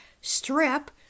strip